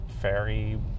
fairy